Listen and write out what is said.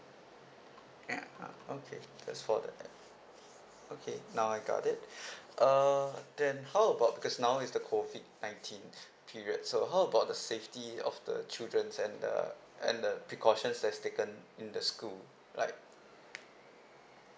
okay that's for the okay now I got it uh then how about because now it's the COVID nineteen period so how about the safety of the childrens and the and the precautions that's taken in the school like